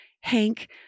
Hank